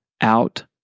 out